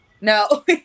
no